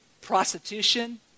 prostitution